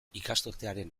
ikasturtearen